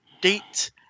date